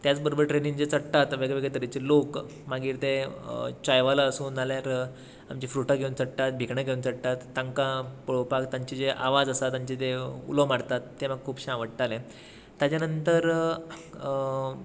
त्याच बरोबर ट्रेनिन जे चडटात वेगवेगळ्या तरेचे लोक मागीर ते चाय वाला आसूं नाल्यार आमचीं फ्रुटां घेवन चडटात भिकणां घेवन चडटात तांकां पळोवपाक तांचे जे आवाज आसात तांचें जें उलो मारतात तें म्हाका खुबशें आवडटालें ताज्या नंतर